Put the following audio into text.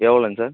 எவ்வளோங்க சார்